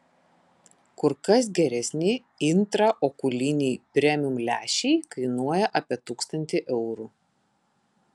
kur kas geresni intraokuliniai premium lęšiai kainuoja apie tūkstantį eurų